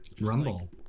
Rumble